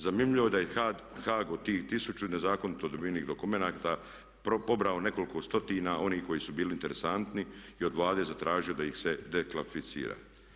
Zanimljivo je da je Hag od tih tisuću nezakonito dobivenih dokumenata pobrao nekoliko stotina onih koji su bili interesantni i od Vlade zatražio da ih se deklasificira.